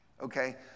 Okay